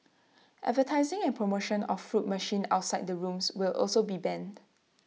advertising and promotion of fruit machines outside the rooms will also be banned